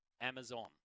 Amazon